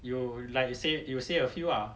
you like say you say a few lah